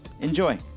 Enjoy